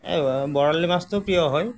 এই বৰালি মাছটো প্ৰিয় হয়